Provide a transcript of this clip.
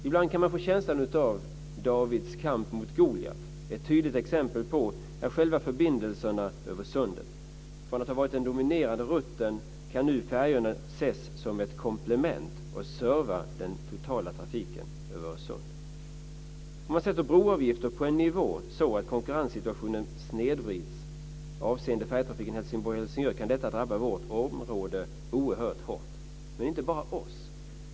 Ibland får man en känsla av Davids kamp mot Goliat. Ett tydligt exempel på det är själva förbindelserna över sundet. Från att ha varit den dominerande rutten kan färjorna nu ses som ett komplement för att serva den totala trafiken över Öresund. Om man sätter broavgifterna på en sådan nivå att konkurrenssituationen snedvrids avseende färjetrafiken Helsingborg-Helsingör kan det drabba vårt område oerhört hårt - men inte bara oss.